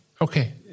okay